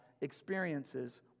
experiences